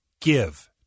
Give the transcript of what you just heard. give